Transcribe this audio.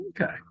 Okay